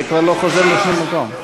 זה כבר לא חוזר לשום מקום.